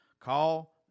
Call